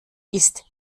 ist